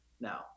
now